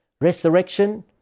Resurrection